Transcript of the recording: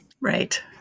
Right